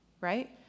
right